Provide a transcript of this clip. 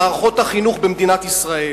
במערכות החינוך במדינת ישראל.